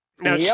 Now